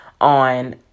on